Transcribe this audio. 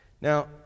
Now